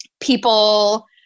people